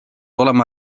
olema